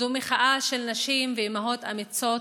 זו מחאה של נשים ואימהות אמיצות,